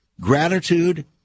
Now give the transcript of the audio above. Gratitude